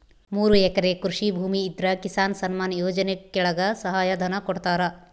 ಮೂರು ಎಕರೆ ಕೃಷಿ ಭೂಮಿ ಇದ್ರ ಕಿಸಾನ್ ಸನ್ಮಾನ್ ಯೋಜನೆ ಕೆಳಗ ಸಹಾಯ ಧನ ಕೊಡ್ತಾರ